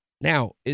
Now